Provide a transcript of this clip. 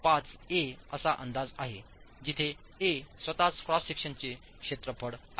5 A असा अंदाज आहे जिथे ए स्वतःच क्रॉस सेक्शनचे क्षेत्रफळ आहे